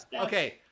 Okay